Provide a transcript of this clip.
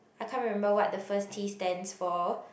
I can't remember what the first T stands for